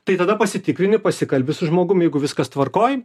tai tada pasitikrini pasikalbi su žmogum jeigu viskas tvarkoj